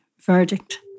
verdict